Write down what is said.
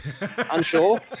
unsure